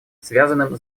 связанным